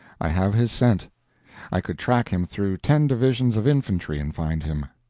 i have his scent i could track him through ten divisions of infantry and find him.